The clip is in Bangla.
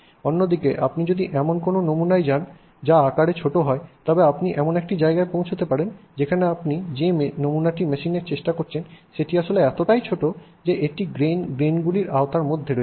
অন্যদিকে আপনি যদি এমন কোনও নমুনায় যান যা আকারে ছোট হয় তবে আপনি এমন একটি জায়গায় পৌঁছতে পারেন যেখানে আপনি যে নমুনাটি মেশিনে চেষ্টা করছেন সেটি আসলে এতটাই ছোট এটি এই গ্রেইনগুলির আওতার মধ্যে রয়েছে